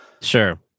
Sure